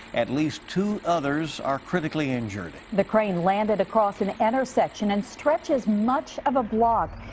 at least two others are critically injured. the crane landed across an intersection and stretches much of a block.